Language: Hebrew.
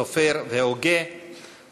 סופר והוגה,